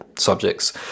subjects